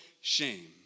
shame